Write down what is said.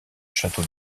château